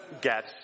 get